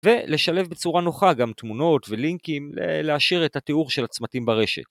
ולשלב בצורה נוחה גם תמונות ולינקים להעשיר את התיאור של הצמתים ברשת.